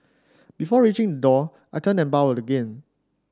before reaching the door I turned and bowed again